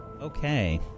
Okay